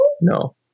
No